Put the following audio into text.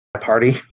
party